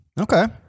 Okay